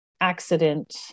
accident